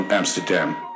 Amsterdam